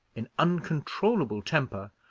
in uncontrollable temper,